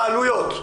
בעלויות.